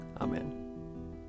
Amen